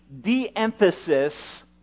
de-emphasis